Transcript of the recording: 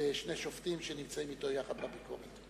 ושני שופטים שנמצאים אתו יחד בביקורת.